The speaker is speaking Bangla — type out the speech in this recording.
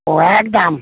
ও এক দাম